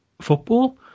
football